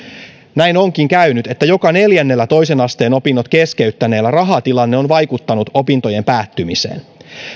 näin onkin käynyt että joka neljännellä toisen asteen opinnot keskeyttäneellä rahatilanne on vaikuttanut opintojen päättymiseen